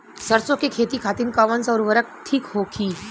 सरसो के खेती खातीन कवन सा उर्वरक थिक होखी?